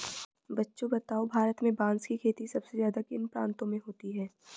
बच्चों बताओ भारत में बांस की खेती सबसे ज्यादा किन प्रांतों में होती है?